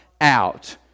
out